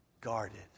Guarded